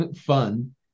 fun